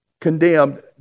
condemned